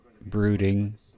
Brooding